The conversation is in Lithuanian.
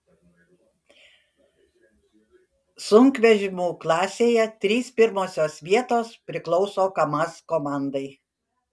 sunkvežimių klasėje trys pirmosios vietos priklauso kamaz komandai